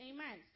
Amen